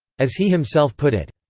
as he himself put it.